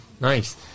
Nice